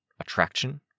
Attraction